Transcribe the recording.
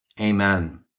Amen